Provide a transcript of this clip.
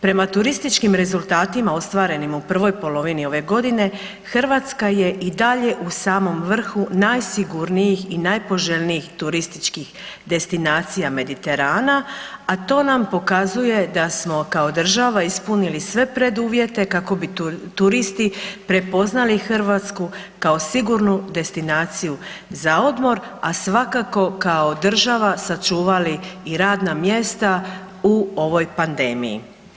Prema turističkim rezultatima ostvarenim u prvoj polovini ove godine Hrvatska je i dalje u samom vrhu najsigurnijih i najpoželjnijih turističkih destinacija Mediterana, a to nam pokazuje da smo kao država ispunili sve preduvjete kako bi turisti prepoznali Hrvatsku kao sigurnu destinaciju za odmor, a svakako kao država sačuvali i radna mjesta u ovoj pandemiji.